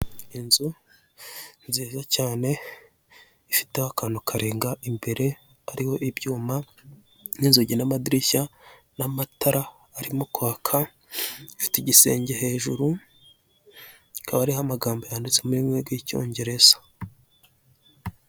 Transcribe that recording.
Inzu nziza cyane ifiteho akantu karenga imbere, hariho ibyuma n'inzugi n'amadirishya, n'amatara arimo kwaka afite igisenge hejuru, akaba hariho amagambo yanditse mu rurimi rw'Icyongereza.